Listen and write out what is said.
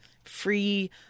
Free